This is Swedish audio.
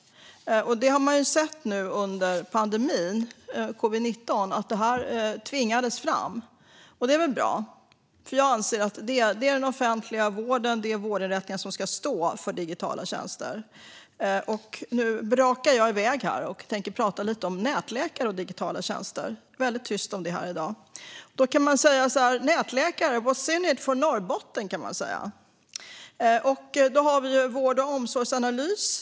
Under covid-19-pandemin har vi sett att dessa tjänster tvingats fram, och det är väl bra. Jag anser att det är de offentliga vårdinrättningarna som ska stå för de digitala tjänsterna. Nu brakar jag iväg här och tänker prata lite om nätläkare och digitala tjänster. Det har varit tyst om det i dag. Nätläkare - what's in it for Norrbotten?